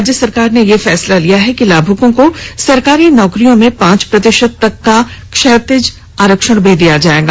राज्य सरकार ने यह फैसला लिया है कि लाभुकों को सरकारी नौकरियों में पांच प्रतिशत तक का क्षैतिज आरक्षण भी दिया जाएगा